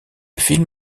film